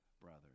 brother